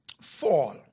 fall